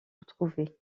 retrouvé